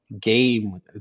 game